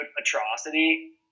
atrocity